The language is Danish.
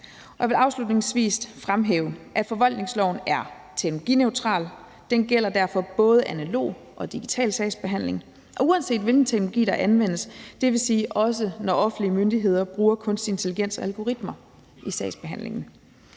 Jeg vil afslutningsvis fremhæve, at forvaltningsloven er teknologineutral. Den gælder derfor både analog og digital sagsbehandling, og uanset hvilken teknologi der anvendes, dvs. også når offentlige myndigheder bruger kunstig intelligens og algoritmer i sagsbehandlingen.